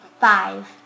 five